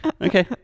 Okay